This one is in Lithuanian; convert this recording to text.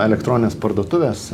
elektronines parduotuves